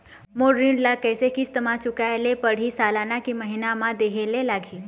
मोर ऋण ला कैसे किस्त म चुकाए ले पढ़िही, सालाना की महीना मा देहे ले लागही?